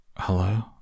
hello